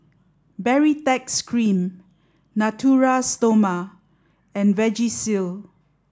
baritex cream Natura Stoma and Vagisil